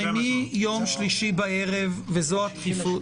מיום שלישי בערב וזו הדחיפות